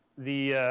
the,